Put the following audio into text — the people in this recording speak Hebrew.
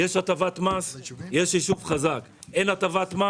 יש הטבת מס יש יישוב חזק, אין הטבת מס